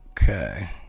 Okay